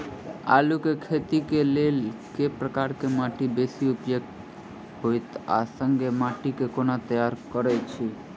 आलु केँ खेती केँ लेल केँ प्रकार केँ माटि बेसी उपयुक्त होइत आ संगे माटि केँ कोना तैयार करऽ छी?